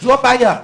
זו הבעיה.